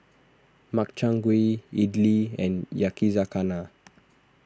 Makchang Gui Idili and Yakizakana